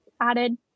added